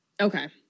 Okay